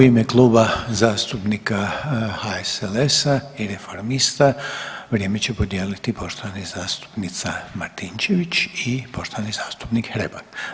U ime Kluba zastupnika HSLS-a i Reformista vrijeme će podijeliti poštovana zastupnica Martinčević i poštovani zastupnik Hrebak.